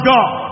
God